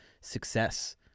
success